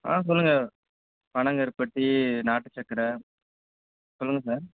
ஆ சொல்லுங்க பனங்கருப்பட்டி நாட்டுச் சக்கரை சொல்லுங்க சார்